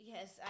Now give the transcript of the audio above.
Yes